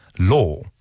law